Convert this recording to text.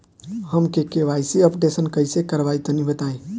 हम KYC updation कइसे करवाई तनि बताई?